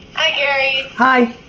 hi gary. hi!